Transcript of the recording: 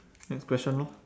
next question lor